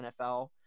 NFL